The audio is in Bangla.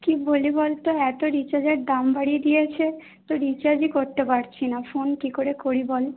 কী বলি বলতো এত রিচারজের দাম বাড়িয়ে দিয়েছে তো রিচার্জই করতে পারছি না ফোন কী করে করি বল